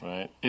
Right